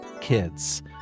kids